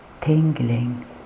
tingling